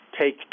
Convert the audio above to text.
take